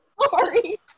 Sorry